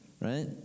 right